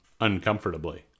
uncomfortably